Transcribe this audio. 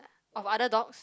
of other dogs